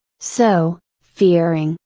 so, fearing,